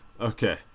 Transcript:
Okay